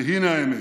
והינה האמת: